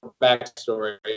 backstory